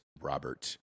Robert